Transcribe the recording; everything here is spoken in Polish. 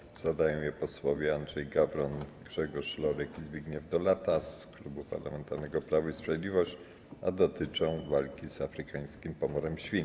Pytanie zadają posłowie Andrzej Gawron, Grzegorz Lorek i Zbigniew Dolata z Klubu Parlamentarnego Prawo i Sprawiedliwość, a dotyczy ono walki z afrykańskim pomorem świń.